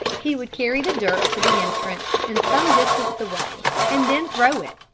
he would carry the dirt to the entrance and some distance away, and then throw it.